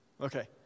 Okay